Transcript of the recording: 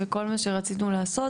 וכל מה שרצינו לעשות,